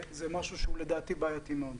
גם בגיל 18 זה עדיין בעייתי.